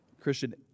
Christian